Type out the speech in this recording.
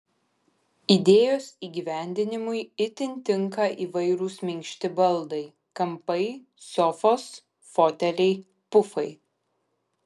idėjos įgyvendinimui itin tinka įvairūs minkšti baldai kampai sofos foteliai pufai